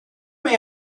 may